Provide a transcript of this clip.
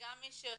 שגם מי שיוצא,